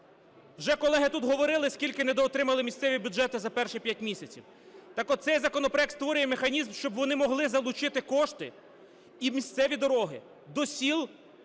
Вже колеги тут говорили, скільки недоотримали місцеві бюджети за перші п'ять місяців. Так от, цей законопроект створює механізм, щоб вони могли залучити кошти і місцеві дороги до сіл,